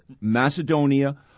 Macedonia